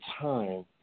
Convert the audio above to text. time